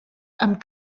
amb